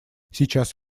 сейчас